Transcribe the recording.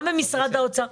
גם במשרד האוצר,